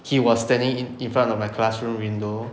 he was standing in in front of my classroom window